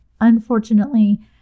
Unfortunately